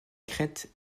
crête